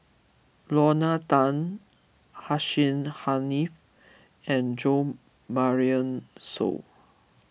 Lorna Tan Hussein Haniff and Jo Marion Seow